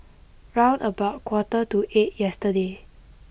round about quarter to eight yesterday